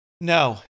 No